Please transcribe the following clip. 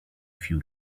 few